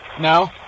No